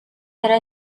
era